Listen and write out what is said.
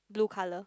blue colour